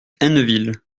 hainneville